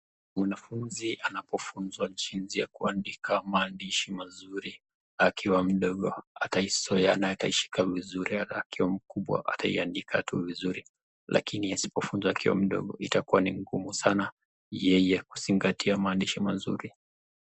Mwanafunzi anapofunza jinsi ya kuandika maandishi mzuri, akiwa mdogo ataizoea na ataishika vizuri ata akiwa mkubwa ataiandika tu vizuri , lakini asipofunzwa akiwa mdogo itakuwa ni ngumu sana yeye kuzingatia maandishi mazuri.